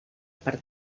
per